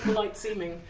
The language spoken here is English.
polite-seeming.